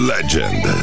Legend